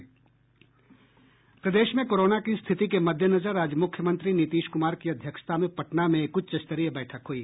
प्रदेश में कोरोना की स्थिति के मद्देनजर आज मुख्यमंत्री नीतीश कुमार की अध्यक्षता में पटना में एक उच्चस्तरीय बैठक हुई